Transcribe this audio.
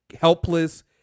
helpless